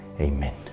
Amen